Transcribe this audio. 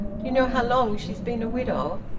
do you know how long she's been a widow?